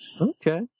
Okay